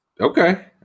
Okay